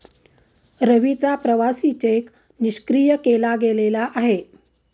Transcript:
रवीचा प्रवासी चेक निष्क्रिय केला गेलेला आहे